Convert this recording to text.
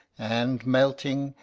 and, melting,